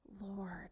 Lord